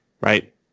Right